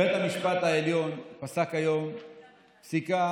בית המשפט העליון פסק היום פסיקה